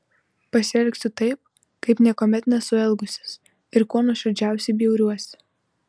pasielgsiu taip kaip niekuomet nesu elgusis ir kuo nuoširdžiausiai bjauriuosi